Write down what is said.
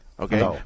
Okay